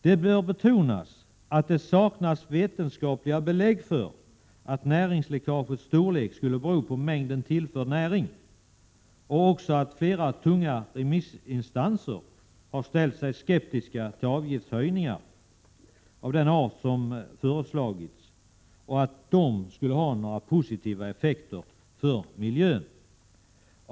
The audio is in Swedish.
Det bör betonas att det saknas vetenskapliga belägg för att näringsläckagets storlek skulle bero på mängden tillförd näring och att fler tunga remissinstanser ställt sig skeptiska till att avgiftshöjningar av den art som föreslagits skulle ha några positiva effekter på miljön.